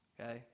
okay